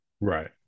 Right